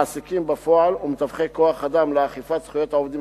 מעסיקים בפועל ומתווכי כוח-אדם לאכיפת זכויות העובדים